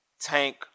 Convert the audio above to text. Tank